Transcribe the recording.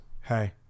hey